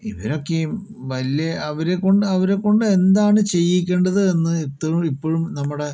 ഇവരൊക്കെയും വലിയ അവരെക്കൊണ്ട് അവരെക്കൊണ്ട് എന്താണ് ചെയ്യിക്കേണ്ടത് എന്ന് ഇപ്പോഴും നമ്മുടെ